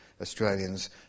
Australians